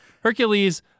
Hercules